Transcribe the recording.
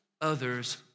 others